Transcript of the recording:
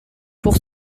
pour